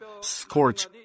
scorch